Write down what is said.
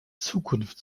zukunft